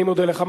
אני מודה לך.